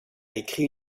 écrit